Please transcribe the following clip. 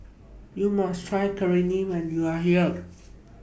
YOU must Try Kheema when YOU Are here